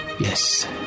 Yes